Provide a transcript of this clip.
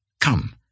Come